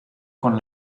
con